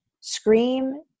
scream